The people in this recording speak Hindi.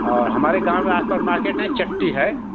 और हमारे गाँव में आसपास मार्केट में ही चक्टी हैं